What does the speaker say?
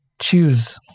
choose